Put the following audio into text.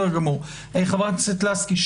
חברת הכנסת לסקי,